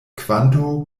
kvanto